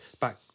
back